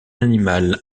animal